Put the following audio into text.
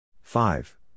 five